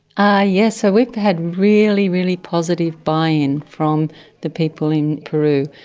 ah yes, so we've had really, really positive buy-in from the people in peru.